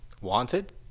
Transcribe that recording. Wanted